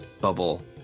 bubble